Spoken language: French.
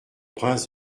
prince